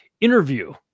interview